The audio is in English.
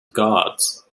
gods